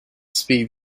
speed